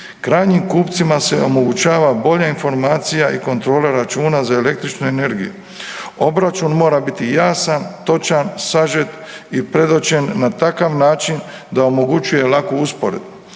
Krajnjim kupcima se omogućava bolja informacija i kontrola računa za električnu energiju, obračun mora biti jasan, točan, sažet i predočen na takav način da omogućuje laku usporedbu.